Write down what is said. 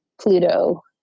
Pluto